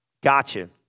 Gotcha